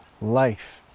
life